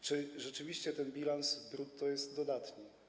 Czy rzeczywiście ten bilans brutto jest dodatni?